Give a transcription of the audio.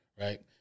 right